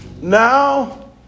Now